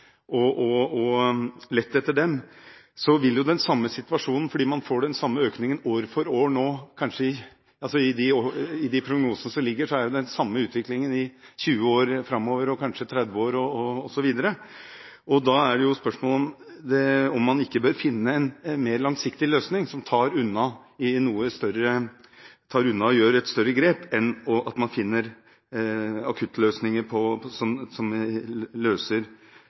den samme situasjonen fordi man får den samme økningen år for år. Etter de prognosene som foreligger, vil det være den samme utviklingen i 20 – kanskje 30 – år framover. Da er spørsmålet om man ikke bør finne en mer langsiktig løsning, der man tar unna og tar et større grep, enn at man finner akuttløsninger, som løser mindre ting her og nå. Spørsmålet jeg har om Oslo universitetssykehus, dreier seg om hvordan det fungerer som lokalsykehus. Man vever sammen lokalsykehusfunksjonen med den totale funksjonen som